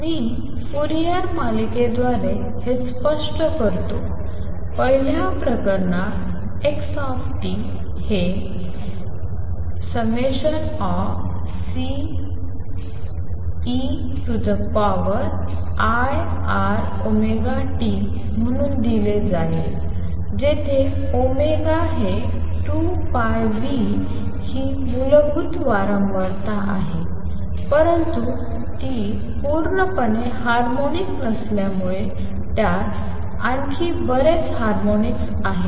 मी Fourier मालिकेद्वारे हे स्पष्ट करतो पहिल्या प्रकरणात x हे ∑Ceiτωt म्हणून दिले जाईल जेथे हे 2πν ही मूलभूत वारंवारता आहे परंतु ती पूर्णपणे हार्मोनिक नसल्यामुळे त्यात आणखी बरेच हार्मोनिक्स आहेत